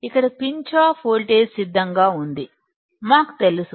ఇక్కడ pinch off voltage స్థిరంగా ఉంటుంది మాకు తెలుసు